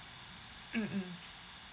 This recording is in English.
mm mm